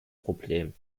problem